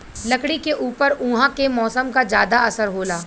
लकड़ी के ऊपर उहाँ के मौसम क जादा असर होला